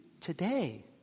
today